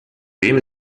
wem